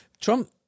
Trump